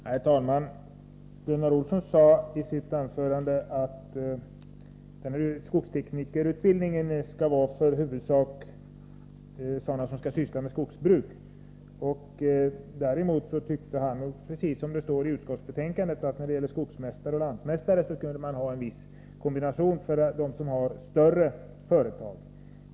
Herr talman! Gunnar Olsson sade i sitt anförande att skogsteknikerutbildningen i huvudsak skall vara för dem som skall syssla med skogsbruk. Däremot tyckte han, precis som det står i utskottsbetänkandet, att när det gäller skogsmästare och lantmästare kunde man ha en viss kombination för dem som har större företag.